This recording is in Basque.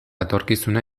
etorkizuna